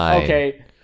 Okay